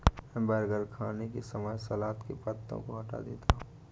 मैं बर्गर खाने के समय सलाद के पत्तों को हटा देता हूं